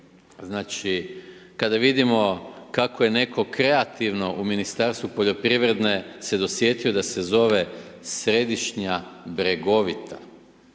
Znači kada vidimo kako je netko kreativno u Ministarstvu poljoprivrede se dosjetio da se zove središnja bregovita